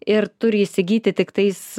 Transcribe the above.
ir turi įsigyti tiktais